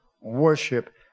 worship